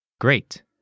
great